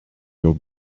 your